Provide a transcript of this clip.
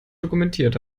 dokumentiert